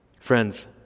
Friends